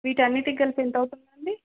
వీటి అన్నింటికీ కలిపి ఎంత అవుతుందండి